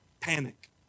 panic